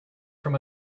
from